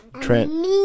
Trent